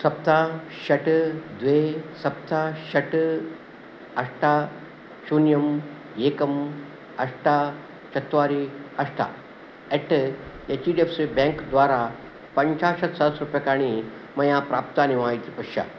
सप्त षट् द्वे सप्त षट् अष्ट शून्यं एकम् अष्ट चत्वारि अष्ट at H D F C bank द्वारा पञ्चाशत्सहस्ररूप्यकाणि मया प्राप्तानि वा इति पश्य